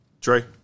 Trey